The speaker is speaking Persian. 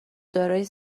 دارای